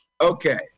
Okay